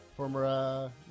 former